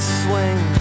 swing